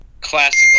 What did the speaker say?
classical